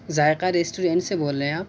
ذائقہ ریسٹورینٹ سے بول رہے ہیں آپ